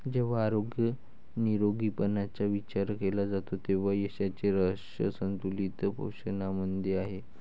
जेव्हा आरोग्य निरोगीपणाचा विचार केला जातो तेव्हा यशाचे रहस्य संतुलित पोषणामध्ये आहे